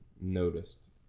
noticed